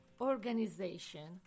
organization